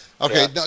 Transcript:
Okay